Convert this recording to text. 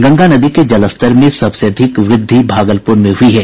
गंगा नदी के जलस्तर में सबसे अधिक व्रद्धि भागलपुर में हुयी है